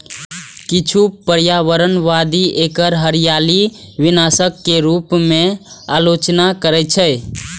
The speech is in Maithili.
किछु पर्यावरणवादी एकर हरियाली विनाशक के रूप मे आलोचना करै छै